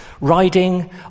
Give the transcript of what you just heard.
riding